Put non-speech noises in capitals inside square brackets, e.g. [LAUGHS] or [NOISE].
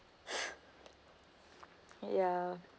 [LAUGHS] ya